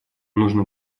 нужно